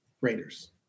Raiders